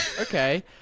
Okay